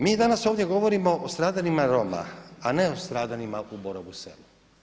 Mi danas ovdje govorimo o stradanjima Roma, a ne o stradanjima u Borovom Selu.